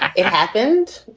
it happened.